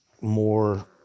more